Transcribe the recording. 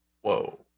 whoa